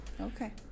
Okay